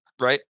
right